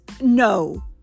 no